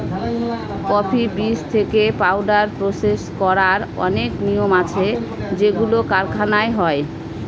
coffee বীজ থেকে powder process করার অনেক নিয়ম আছে যেগুলো কারখানায় হয়